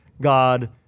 God